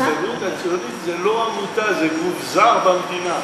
ההסתדרות הציונית היא לא עמותה, זה גוף זר במדינה.